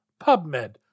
PubMed